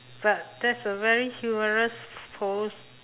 well that's a very humorous pose